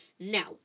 Now